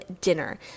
dinner